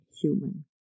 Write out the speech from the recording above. human